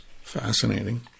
Fascinating